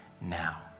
now